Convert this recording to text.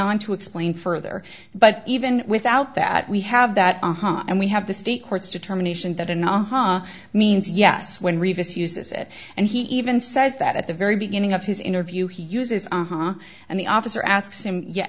on to explain further but even without that we have that and we have the state courts determination that an aha means yes when rebus uses it and he even says that at the very beginning of his interview he uses ah ha and the officer asks him ye